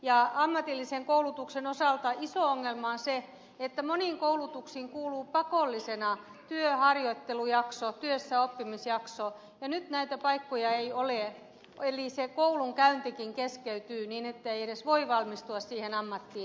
ja ammatillisen koulutuksen osalta iso ongelma on se että moniin koulutuksiin kuuluu pakollisena työharjoittelujakso työssäoppimisjakso ja nyt näitä paikkoja ei ole eli se koulunkäyntikin keskeytyy niin ettei edes voi valmistua siihen ammattiin